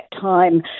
time